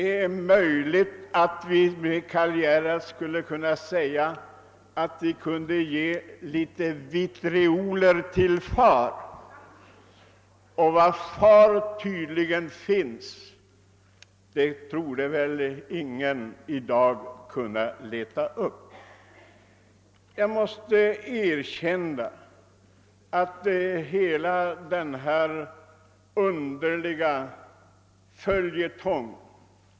Det är möjligt att vi — för att "åter citera Karl Gerhard — borde ge vitrioler till far, men var far finns tor de ingen i dag kunna säga.